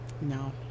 No